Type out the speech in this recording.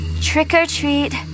Trick-or-treat